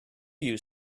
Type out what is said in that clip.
you